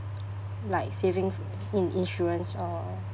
like saving in insurance or